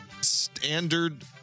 standard